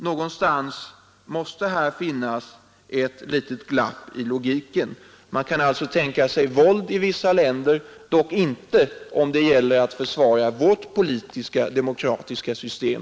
Någonstans måste här finnas ett litet glapp i logiken; man kan alltså tänka sig våld i vissa länder, dock inte om det gäller att försvara vårt politiska demokratiska system.